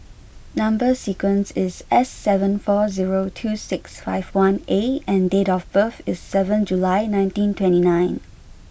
number sequence is S seven four zero two six five one A and date of birth is seven July nineteen twenty nine